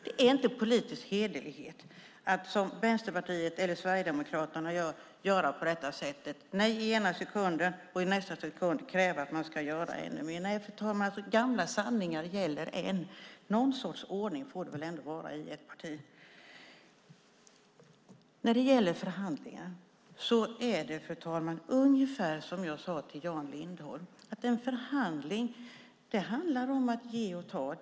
Det är inte politisk hederlighet att som Vänsterpartiet eller Sverigedemokraterna göra på detta sätt, nej i ena sekunden och i nästa sekund kräva att man ska göra ännu mer. Gamla sanningar gäller än, fru talman, någon sorts ordning får det ändå vara i ett parti. När det gäller förhandlingar är det, fru talman, ungefär som jag sade till Jan Lindholm att en förhandling handlar om att ge och ta.